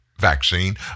vaccine